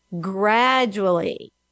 gradually